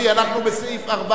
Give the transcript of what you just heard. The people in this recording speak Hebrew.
אנחנו בסעיף 4,